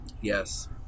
Yes